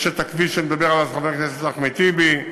יש הכביש שמדבר עליו חבר הכנסת אחמד טיבי,